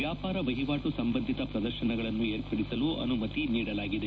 ವ್ಯಾಪಾರ ವಹಿವಾಟು ಸಂಬಂಧಿತ ಪ್ರದರ್ಶನಗಳನ್ನು ಏರ್ಪಡಿಸಲು ಅನುಮತಿ ನೀಡಲಾಗಿದೆ